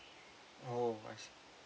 oh I see